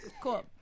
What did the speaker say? Cool